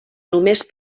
només